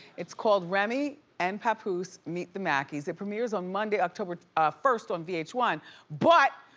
it's called remy and papoose meet the mackies. it premieres on monday, october first on v h one but,